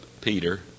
Peter